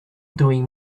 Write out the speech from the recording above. doing